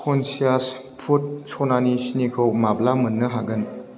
conscious फुद सनानि सिनिखौ माब्ला मोन्नो हागोन